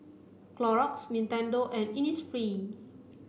Clorox Nintendo and Innisfree